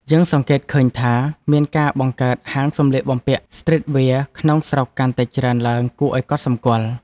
យើងសង្កេតឃើញថា មានការបង្កើតហាងសម្លៀកបំពាក់ស្ទ្រីតវែរក្នុងស្រុកកាន់តែច្រើនឡើងគួរឱ្យកត់សម្គាល់។